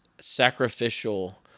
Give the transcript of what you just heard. sacrificial